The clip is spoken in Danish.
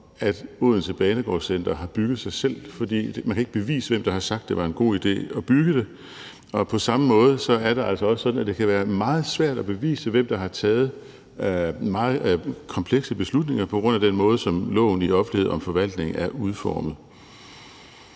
at Odense Banegård Center har bygget sig selv, fordi man ikke kan bevise, hvem der har sagt, at det var en god idé at bygge det, og på samme måde er det altså også sådan, at det kan være meget svært at bevise, hvem der har taget meget komplekse beslutninger, på grund af den måde, som loven om offentlighed i forvaltningen er udformet